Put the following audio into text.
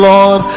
Lord